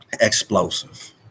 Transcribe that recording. explosive